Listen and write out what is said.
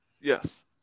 Yes